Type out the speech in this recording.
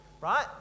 Right